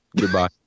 Goodbye